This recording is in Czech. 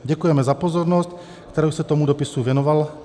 Děkujeme za pozornost, kterou jste tomuto dopisu věnoval.